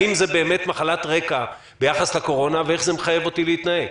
האם זה באמת מחלת רקע ביחס לקורונה ואיך זה מחייב אותי להתנהג?